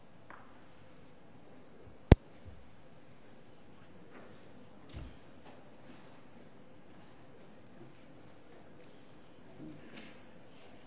לרשותך